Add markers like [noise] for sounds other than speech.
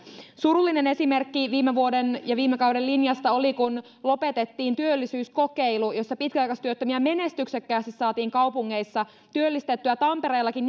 surullinen esimerkki viime vuoden ja viime kauden linjasta oli kun lopetettiin työllisyyskokeilu jossa pitkäaikaistyöttömiä menestyksekkäästi saatiin kaupungeissa työllistettyä tampereellakin [unintelligible]